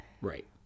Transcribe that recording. Right